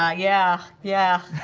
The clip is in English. ah yeah, yeah